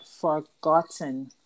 forgotten